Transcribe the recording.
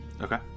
Okay